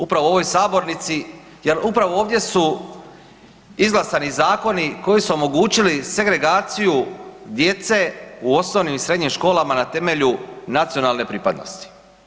Upravo u ovoj sabornici jer upravo ovdje su izglasani zakoni koji su omogućili segregaciju djece u osnovnim i srednjim školama na temelju nacionalne pripadnosti.